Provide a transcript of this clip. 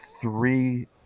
three